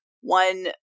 one